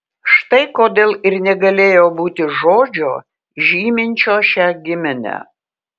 štai kodėl ir negalėjo būti žodžio žyminčio šią giminę